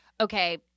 okay –